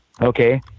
okay